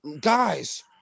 guys